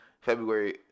February